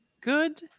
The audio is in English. good